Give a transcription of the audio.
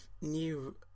new